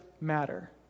matter